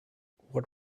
what